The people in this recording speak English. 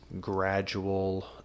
gradual